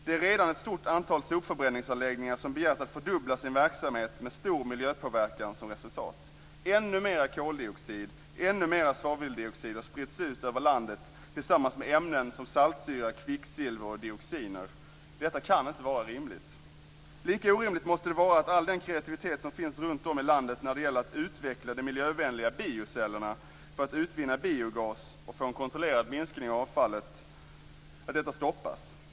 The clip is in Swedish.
Det är redan ett stort antal sopförbränningsanläggningar som har begärt att få fördubbla sina verksamheter med stor miljöpåverkan som resultat. Ännu mera koldioxid och ännu mera svaveloxider sprids ut över landet tillsammans med ämnen som saltsyra, kvicksilver och dioxiner. Detta kan inte vara rimligt. Lika orimligt måste det vara att all den kreativitet som finns runtom i landet när det gäller att utveckla de miljövänliga biocellerna för att utvinna biogas och få en kontrollerad minskning av avfallet stoppas.